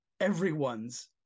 everyone's